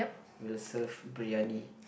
will serve briyani